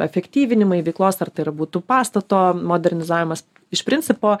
efektyvinimai veiklos ar tai yra būtų pastato modernizavimas iš principo